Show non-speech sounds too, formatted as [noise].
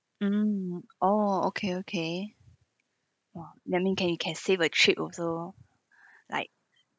mm orh okay okay !wah! that mean can you can save a trip also [breath] like